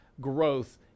growth